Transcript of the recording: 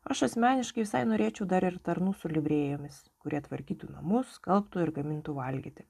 aš asmeniškai visai norėčiau dar ir tarnų su livrėjomis kurie tvarkytų namus skalbtų ir gamintų valgyti